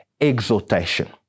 exhortation